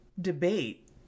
debate